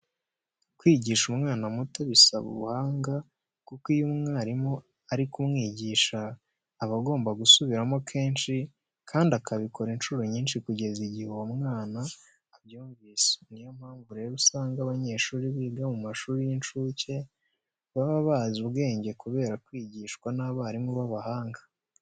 Kwigisha umwana muto bisaba ubuhanga kuko iyo umwarimu ari kumwigisha aba agomba gusubiramo kenshi kandi akabikora incuro nyinshi kugeza igihe uwo mwana abyumvise. Ni yo mpamvu rero usanga abanyeshuri biga mu mashuri y'incuke baba bazi ubwenge kubera kwigishwa n'abarimu b'abahanga.